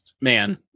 man